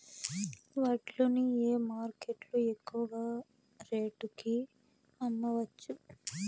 వడ్లు ని ఏ మార్కెట్ లో ఎక్కువగా రేటు కి అమ్మవచ్చు?